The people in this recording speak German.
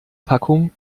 packung